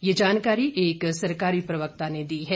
ये जानकारी एक सरकारी प्रवक्ता ने दी है